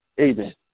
Amen